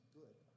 good